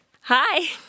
Hi